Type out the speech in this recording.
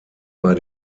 bei